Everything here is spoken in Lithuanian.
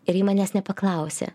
ir ji manęs nepaklausė